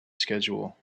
schedule